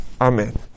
Amen